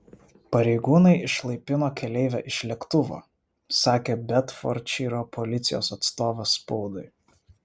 pareigūnai išlaipino keleivę iš lėktuvo sakė bedfordšyro policijos atstovas spaudai